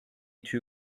too